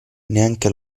neanche